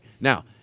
Now